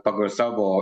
pagal savo